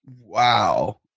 Wow